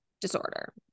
disorder